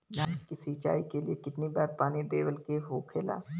धान की सिंचाई के लिए कितना बार पानी देवल के होखेला?